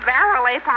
Verily